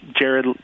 Jared